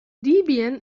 debian